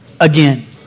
again